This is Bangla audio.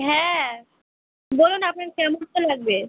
হ্যাঁ বলুন আপনার কীরকম জুতো লাগবে